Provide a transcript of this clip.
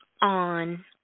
on